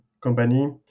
company